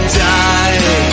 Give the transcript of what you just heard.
die